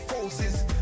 forces